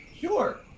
Sure